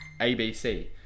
ABC